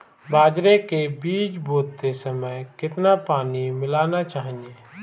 बाजरे के बीज बोते समय कितना पानी मिलाना चाहिए?